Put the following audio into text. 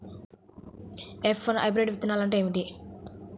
F one hybrid విత్తనాలు ఏమిటి?